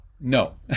No